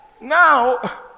Now